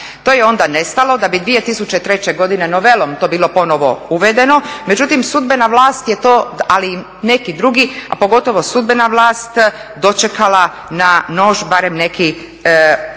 To je onda nestalo, da bi 2003. godine novelom to bilo ponovno uvedeno. Međutim, sudbena vlast je to, ali i neki drugi, a pogotovo sudbena vlast, dočekala na nož barem neki